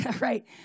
right